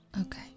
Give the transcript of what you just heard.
Okay